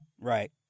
Right